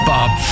Bob